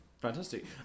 Fantastic